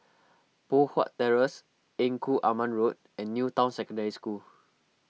Poh Huat Terrace Engku Aman Road and New Town Secondary School